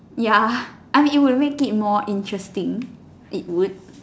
ya I mean it would make it more interesting it would